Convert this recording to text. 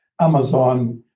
Amazon